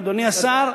אדוני השר?